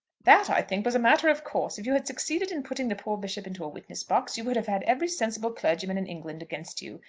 that, i think, was a matter of course. if you had succeeded in putting the poor bishop into a witness-box you would have had every sensible clergyman in england against you.